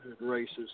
races